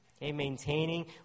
Maintaining